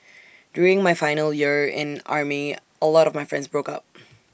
during my final year in army A lot of my friends broke up